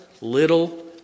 little